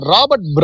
Robert